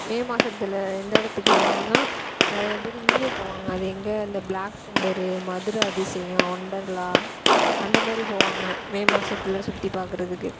மே மாதத்துல எந்த இடத்துக்கு வேணால் நிறையா பேர் இங்கே போவாங்க அது எங்கே இந்த ப்ளாக்தண்டரு மதுரை அதிசயம் ஒண்டர்லா அந்த மாரி போவாங்க மே மாதத்துல சுற்றி பார்க்குறதுக்கு